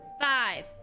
five